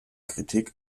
kritik